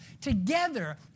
together